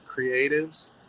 creatives